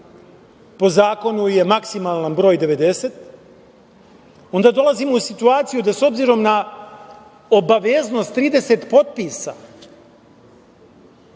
po zakonu je maksimalan broj 90, onda dolazimo u situaciju da s obzirom na obaveznost 30 potpisa,